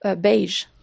beige